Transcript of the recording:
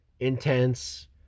Intense